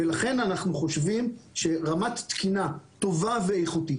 לכן אנחנו חושבים שרמת תקינה טובה ואיכותית,